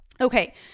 Okay